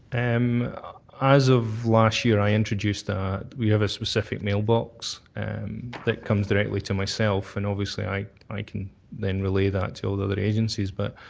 um as of last year, i introduced that we have a specific mailbox and that comes directly to myself and obviously i i can then relay that to other agencies, but